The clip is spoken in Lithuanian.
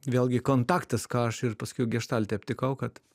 vėlgi kontaktas ką aš ir paskiau geštalte aptikau kad